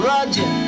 Roger